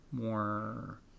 more